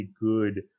good